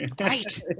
Right